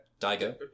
Daigo